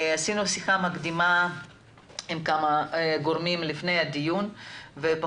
עשינו שיחה מקדימה עם כמה גורמים לפני הדיון ואני